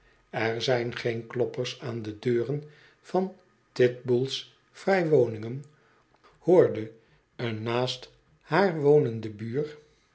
er zijn geen kloppers aan de deuren van titbull's vrij woningen hoorde een naast haar wonende buur